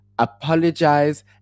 apologize